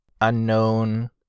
unknown